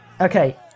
Okay